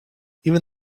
even